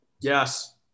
Yes